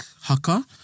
haka